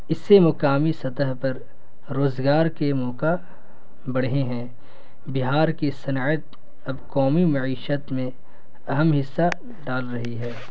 اس سے مقامی سطح پر روزگار کے موقع بڑھے ہیں بہار کی صنعت اب قومی معیشت میں اہم حصہ ڈال رہی ہے